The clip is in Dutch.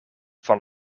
van